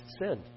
sin